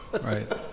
right